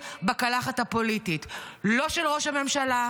לא של ראש הממשלה,